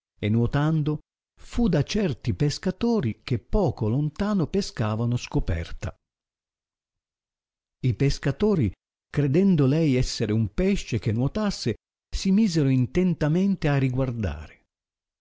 e nuotando fu da certi pescatori che poco lontano pescavano scoperta i pescatori credendo lei esser un pesce che nuotasse si misero intentamente a riguardare